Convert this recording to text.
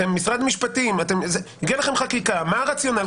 אתם משרד משפטים, מה הרציונל?